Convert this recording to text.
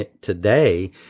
today